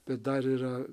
bet dar yra